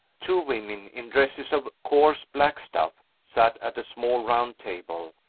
two women, in dresses of coarse black stuff, sat at a small round table,